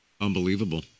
Unbelievable